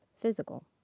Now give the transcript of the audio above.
physical